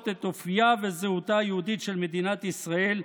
את אופייה וזהותה היהודית של מדינת ישראל,